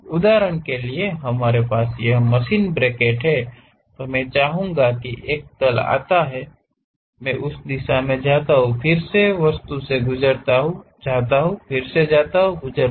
उदाहरण के लिए हमारे पास यह ब्रैकेट है मैं चाहूंगा कि एक तल आता है उस दिशा में जाता है फिर से उस वस्तु से गुजरता है जो आता है फिर से जाता है